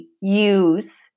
use